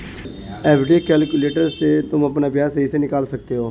FD calculator से तुम अपना ब्याज सही से निकाल सकते हो